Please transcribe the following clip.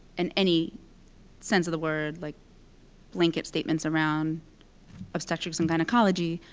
in any sense of the word, like blanket statements around obstetrics and gynecology.